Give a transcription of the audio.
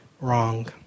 wrong